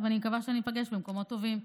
ואני מקווה שניפגש במקומות טובים.